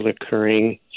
occurring